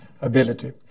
ability